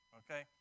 okay